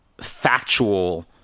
factual